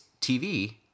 TV